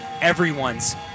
everyone's